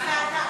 מצוין.